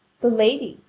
the lady,